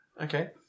Okay